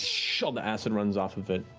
all the acid runs off of it,